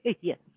Yes